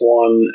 one